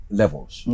levels